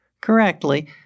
correctly